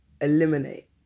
eliminate